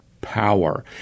power